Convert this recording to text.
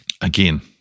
Again